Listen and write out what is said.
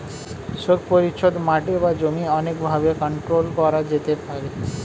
শোক পরিচ্ছদ মাটি বা জমি অনেক ভাবে কন্ট্রোল করা যেতে পারে